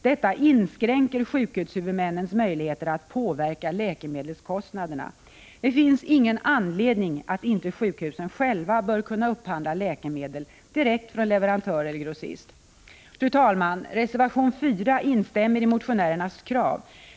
Detta inskränker sjukhushuvudmännens möjligheter att påverka läkemedelskostnaderna. Det finns ingen anledning att inte sjukhusen själva skall kunna upphandla läkemedel direkt från leverantör eller grossist. Fru talman! I reservation 4 instämmer vi i motionärernas krav.